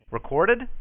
Recorded